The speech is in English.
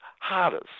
hardest